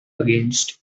against